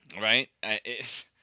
Right